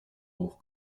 hoch